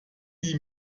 die